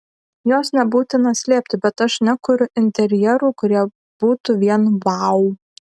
jos nebūtina slėpti bet aš nekuriu interjerų kurie būtų vien vau